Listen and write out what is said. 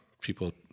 people